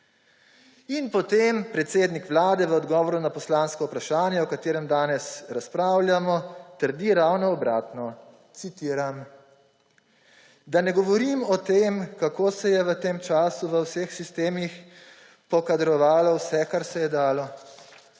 In potem predsednik Vlade v odgovoru na poslansko vprašanje, o katerem danes razpravljamo, trdi ravno obratno. Citiram: »Da ne govorim o tem, kako se je v tem času v vseh sistemih pokadrovalo vse, kar se je dalo,